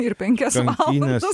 ir penkias valandos